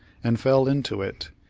and fell into it,